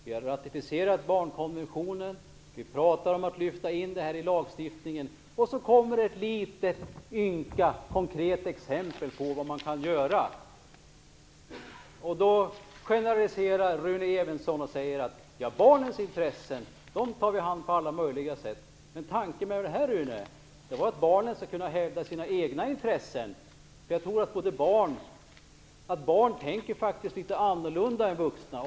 Vi har ratificerat barnkonventionen, och vi har talat om att lyfta in den i lagstiftningen. Sedan kommer det ett litet ynka konkret exempel på vad man kan göra. Då generaliserar Rune Evensson och säger att man tar till vara barnens intressen på alla möjliga sätt. Men tanken med detta, Rune Evensson, var ju att barnen skulle kunna hävda sina egna intressen. Jag tror att barn tänker litet annorlunda än vuxna.